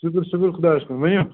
شُکر شُکر خۄدایَس کُن ؤنِو